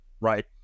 right